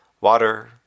water